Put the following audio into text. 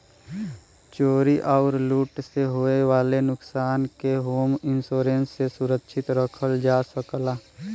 चोरी आउर लूट से होये वाले नुकसान के होम इंश्योरेंस से सुरक्षित रखल जा सकला